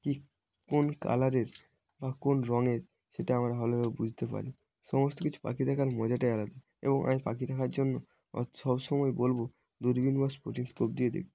কী কোন কালারের বা কোন রঙের সেটা আমরা ভালোভাবে বুঝতে পারি সমস্ত কিছু পাখি দেখার মজাটাই আলাদা এবং আমি পাখি দেখার জন্য অৎ সব সময় বলবো দূরবিন বা স্পটিং স্কোপ দিয়ে দেখতে